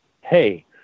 hey